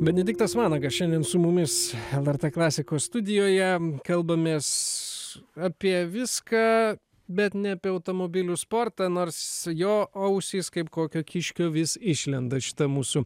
benediktas vanagas šiandien su mumis lrt klasikos studijoje kalbamės apie viską bet ne apie automobilių sportą nors jo ausys kaip kokio kiškio vis išlenda šitam mūsų